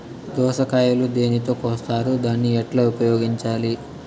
దోస కాయలు దేనితో కోస్తారు దాన్ని ఎట్లా ఉపయోగించాలి?